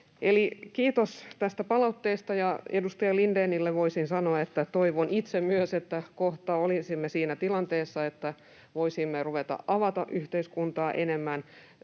Kiitos tästä palautteesta, ja edustaja Lindénille voisin sanoa, että toivon myös itse, että kohta olisimme siinä tilanteessa, että voisimme ruveta avaamaan yhteiskuntaa enemmän.